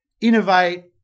innovate